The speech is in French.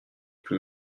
plus